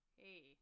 hey